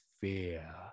fear